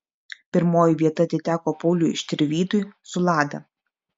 pirmoji vieta atiteko pauliui štirvydui su lada